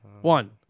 One